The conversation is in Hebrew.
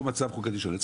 פה מצב חוקתי ---,